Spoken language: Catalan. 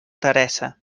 teresa